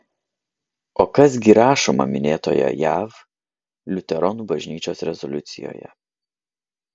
o kas gi rašoma minėtoje jav liuteronų bažnyčios rezoliucijoje